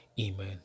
Amen